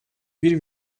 bir